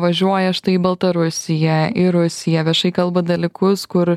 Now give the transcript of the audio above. važiuoja štai į baltarusiją į rusiją viešai kalba dalykus kur